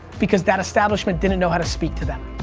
because that establishment didn't know how to speak to that.